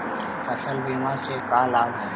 फसल बीमा से का लाभ है?